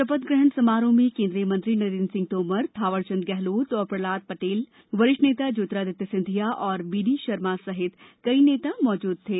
शपथ ग्रहण समारोह में केन्द्रीय मंत्री नरेन्द्र सिंह तोमर थावर चंद गेहलोत और प्रहलाद पटेल वरिष्ठ नेता ज्योतिरादित्य सिंधिया और बीडी शर्मा सहित कई नेता मौजूद थे